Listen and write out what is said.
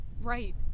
Right